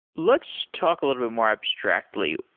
let's talk a little bit more abstractly.